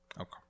Okay